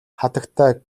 хатагтай